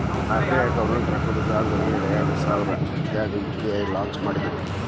RBI governor doctor Raghuram G Rajan ಎರಡಸಾವಿರ ಹದ್ನಾರಾಗ UPI launch ಮಾಡಿದ್ರು